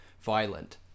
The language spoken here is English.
violent